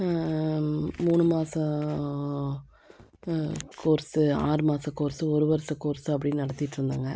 மூணு மாதம் கோர்ஸு ஆறு மாத கோர்ஸு ஒரு வருஷ கோர்ஸு அப்படின்னு நடத்திகிட்ருந்தோங்க